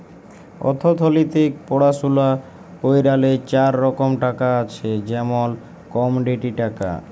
অথ্থলিতিক পড়াশুলা ক্যইরলে চার রকম টাকা আছে যেমল কমডিটি টাকা